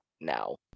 now